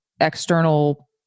external